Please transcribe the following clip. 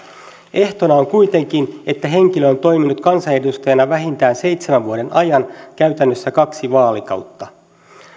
ehtona on kuitenkin että henkilö on toiminut kansanedustajana vähintään seitsemän vuoden ajan käytännössä kaksi vaalikautta